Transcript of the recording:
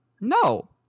No